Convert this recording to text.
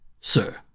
Sir